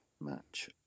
match